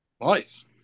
Nice